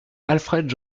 alfred